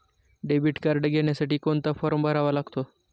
Debit card घेण्यासाठी कोणता form भरावा लागतो?